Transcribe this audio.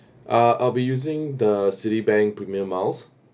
uh I'll be using the citibank premier miles